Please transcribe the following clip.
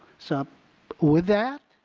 so with that,